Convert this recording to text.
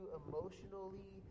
emotionally